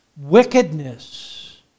wickedness